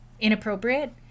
inappropriate